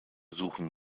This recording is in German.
suchen